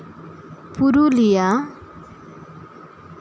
Purulia